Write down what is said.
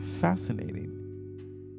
Fascinating